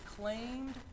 claimed